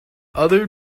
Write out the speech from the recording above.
other